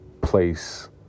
place